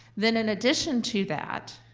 then in addition to that,